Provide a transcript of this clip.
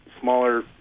smaller